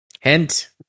hint